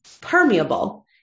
permeable